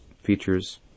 features